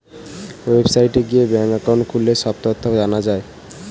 ওয়েবসাইটে গিয়ে bank account খুললে সব তথ্য জানা যায়